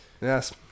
Yes